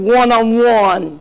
one-on-one